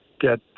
get